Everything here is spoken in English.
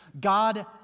God